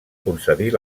concedir